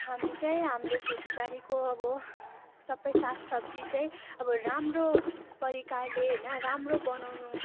हामी चाहिँ हाम्रो खेतीबारीको अब सबै सागसब्जी चाहिँ अब राम्रो परिकारले होइन राम्रो बनाउनु